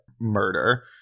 murder